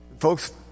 Folks